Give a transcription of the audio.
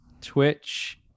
Twitch